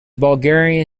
bulgarian